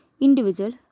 individual